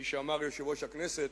כפי שאמר יושב-ראש הכנסת,